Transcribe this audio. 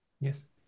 Yes